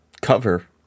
cover